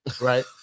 Right